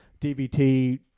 DVT